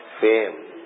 fame